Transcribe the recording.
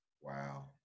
Wow